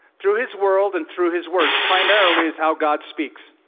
through his world and through his word primarily is how god speaks.